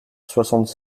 soixante